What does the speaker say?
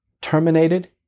terminated